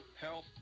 health